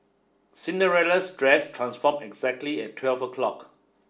Cinderella's dress transformed exactly at twelve o'clock